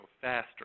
faster